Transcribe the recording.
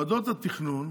ועדות התכנון